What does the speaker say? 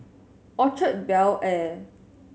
Orchard Bel Air